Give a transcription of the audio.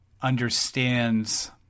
understands